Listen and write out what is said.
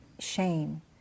Shame